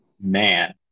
Man